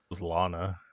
Lana